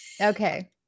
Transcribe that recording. Okay